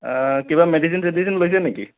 অ কিবা মেডিচিন চেডিচিন লৈছে নেকি